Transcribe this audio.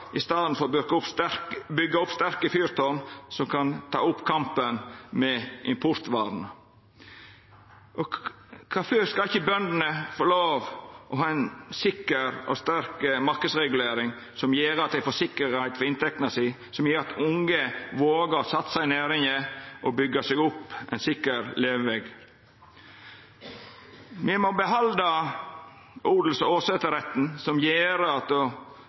i staden for å byggja opp sterke fyrtårn som kan ta opp kampen med importvarene. Kvifor skal ikkje bøndene få lov til å ha ei sikker og sterk marknadsregulering som gjer at dei får sikkerheit for inntekta si, som gjer at unge vågar å satsa i næringa og byggja seg opp ein sikker leveveg? Me må behalda odels- og åsetesretten som gjer at bøndene vågar å